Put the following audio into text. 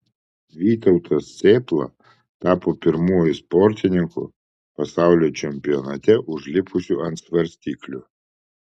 vytautas cėpla tapo pirmuoju sportininku pasaulio čempionate užlipusiu ant svarstyklių